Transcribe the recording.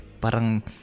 parang